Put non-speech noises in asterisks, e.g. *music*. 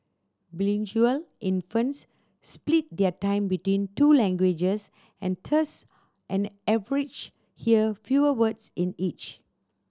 *unintelligible* infants split their time between two languages and thus and average hear fewer words in each